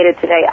today